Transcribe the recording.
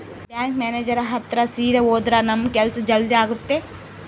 bank manager ಹತ್ರ ಸೀದಾ ಹೋದ್ರ ನಮ್ ಕೆಲ್ಸ ಜಲ್ದಿ ಆಗುತ್ತೆ